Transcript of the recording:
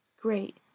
Great